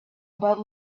about